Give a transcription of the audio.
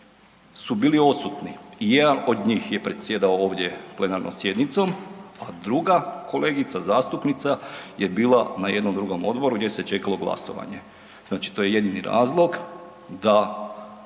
su bili odsutni i jedan od njih je predsjedao ovdje plenarnom sjednicom a druga kolegica zastupnica je bila na jednom drugom odboru gdje se čekalo glasovanje. Znači to je jedini razlog da